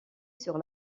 sur